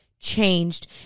changed